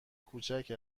کوچک